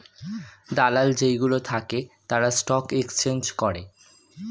দালাল যেই গুলো থাকে তারা স্টক এক্সচেঞ্জ করে